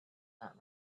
that